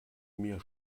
mir